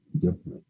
different